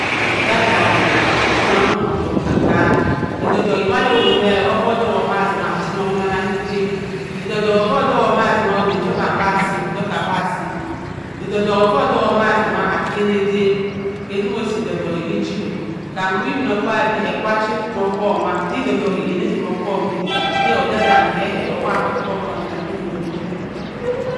Odak-odam-e omo onnani onnong ottoku oka-okka-e edok-odok-e made owobu me ovu odok-oo masi-ma asimi ohom-mann-a ke ettem edok-odok-e ovu dok-kwu msima ottouk ka aben-bi asi kafa asi edok-odoke ovu dok-kwo masima attanni aden kesimo si edok-odoke ke eji wa kam ibinokpaadyi ekwa chi nku k’ohohm wa e edok-odeke enyi ohohm anna ade to’oda odam-dammi keu-bu owowa ma ohohm edok-ono be da to’ oda odam-dammi keu-bu owowa ma ohohm edok-ono bo da.